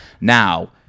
Now